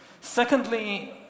Secondly